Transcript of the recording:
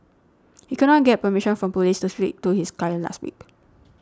he could not get permission from police to speak to his client last week